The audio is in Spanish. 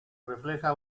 refleja